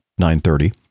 930